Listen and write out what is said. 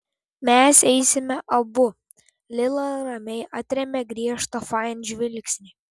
mes eisime abu lila ramiai atrėmė griežtą fain žvilgsnį